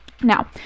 now